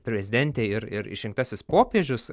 prezidentė ir ir išrinktasis popiežius